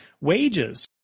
wages